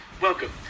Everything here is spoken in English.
Welcome